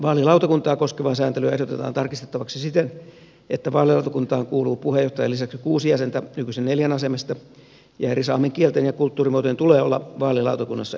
vaalilautakuntaa koskevaa sääntelyä ehdotetaan tarkistettavaksi siten että vaalilautakuntaan kuuluu puheenjohtajan lisäksi kuusi jäsentä nykyisen neljän asemesta ja eri saamen kielten ja kulttuurimuotojen tulee olla vaalilautakunnassa edustettuina